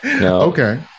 Okay